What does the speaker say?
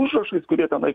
užrašais kurie tenai